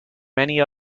many